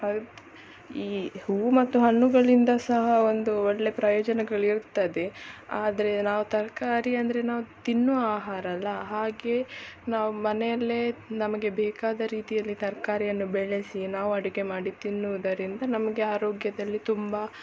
ಈ ಹೂ ಮತ್ತು ಹಣ್ಣುಗಳಿಂದ ಸಹ ಒಂದು ಒಳ್ಳೆ ಪ್ರಯೋಜನಗಳು ಇರ್ತದೆ ಆದರೆ ನಾವು ತರಕಾರಿ ಅಂದರೆ ನಾವು ತಿನ್ನುವ ಆಹಾರ ಅಲ್ಲಾ ಹಾಗೆ ನಾವು ಮನೆಯಲ್ಲೇ ನಮಗೆ ಬೇಕಾದ ರೀತಿಯಲ್ಲಿ ತರಕಾರಿಯನ್ನು ಬೆಳೆಸಿ ನಾವು ಅಡುಗೆ ಮಾಡಿ ತಿನ್ನುವುದರಿಂದ ನಮಗೆ ಆರೋಗ್ಯದಲ್ಲಿ ತುಂಬ